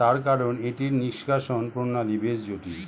তার কারন এটির নিষ্কাশণ প্রণালী বেশ জটিল